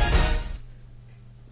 PM